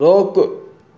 रोकु